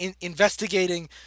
investigating